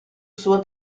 suo